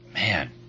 Man